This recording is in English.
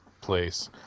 place